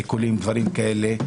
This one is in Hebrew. עיקולים ודברים כאלה,